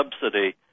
subsidy